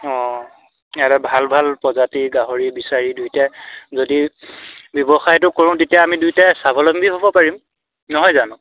অঁ ইয়াৰে ভাল ভাল প্ৰজাতিৰ গাহৰি বিচাৰি দুইটাই যদি ব্যৱসায়টো কৰোঁ তেতিয়া আমি দুইটাই স্বাৱলম্বী হ'ব পাৰিম নহয় জানো